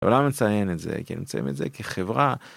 אני לא מציין את זה כי אני מציין את זה כחברה.